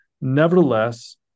Nevertheless